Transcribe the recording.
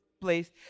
place